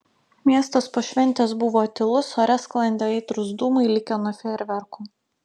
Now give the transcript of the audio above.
miestas po šventės buvo tylus ore sklandė aitrūs dūmai likę nuo fejerverkų